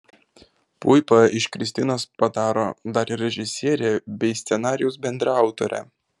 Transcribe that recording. puipa iš kristinos padaro dar ir režisierę bei scenarijaus bendraautorę